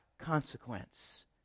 consequence